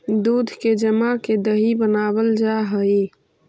दूध के जमा के दही बनाबल जा हई